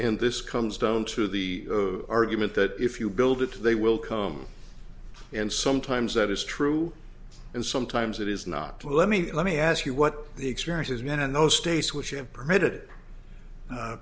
and this comes down to the argument that if you build it they will come and sometimes that is true and sometimes it is not to let me let me ask you what the experience has been in those states which have permitted